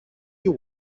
you